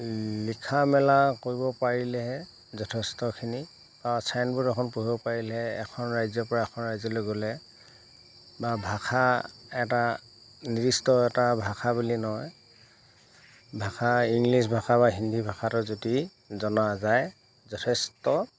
লিখা মেলা কৰিব পাৰিলেহে যথেষ্টখিনি বা চাইনবোৰ্ড এখন পঢ়িব পাৰিলেহে এখন ৰাজ্যৰ পৰা এখন ৰাজ্যলৈ গ'লে বা ভাষা এটা নিৰ্দিষ্ট এটা ভাষা বুলি নহয় ভাষা ইংলিছ ভাষা বা হিন্দী ভাষাটো যদি জনা যায় যথেষ্ট